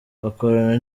bakora